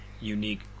unique